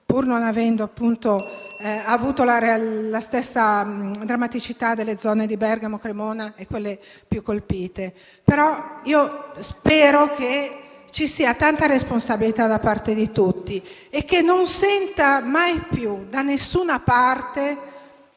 pur non avendo vissuto la stessa drammaticità delle zone di Bergamo, di Cremona e delle aree più colpite. Spero che ci sia tanta responsabilità da parte di tutti e che non si senta mai più, da nessuna parte,